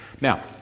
Now